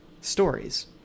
stories